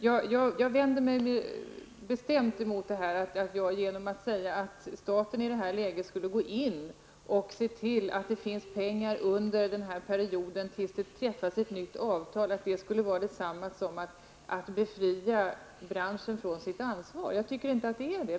Men jag vänder mig bestämt mot att det som jag sade om att staten i det här läget skulle gå in och se till att det finns pengar tills ett nytt avtal träffas skulle vara detsamma som att befria branschen från sitt ansvar. Jag tycker inte att det är det.